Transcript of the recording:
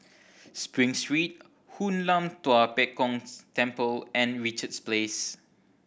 Spring Street Hoon Lam Tua Pek Kong Temple and Richards Place